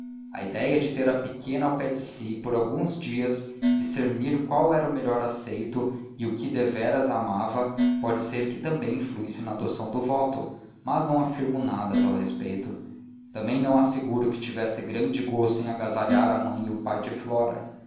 a ideia de ter a pequena ao pé de si por alguns dias e discernir qual era o melhor aceito e o que deveras a amava pode ser que também influísse na adoção do voto mas não afirmo nada a tal respeito também não asseguro que tivesse grande gosto em agasalhar a mãe e o pai de flora